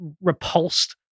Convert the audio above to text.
repulsed